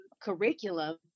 curriculum